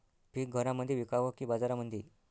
पीक घरामंदी विकावं की बाजारामंदी?